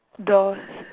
doors